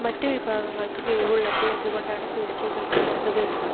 മറ്റ് വിഭാഗങ്ങൾക്ക് കിഴിവ് ഉള്ളപ്പോൾ എന്തുകൊണ്ടാണ് പേസ്ട്രികൾക്ക് ഇല്ലാത്തത്